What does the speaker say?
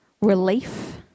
relief